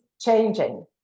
changing